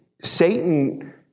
Satan